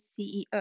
CEO